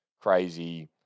crazy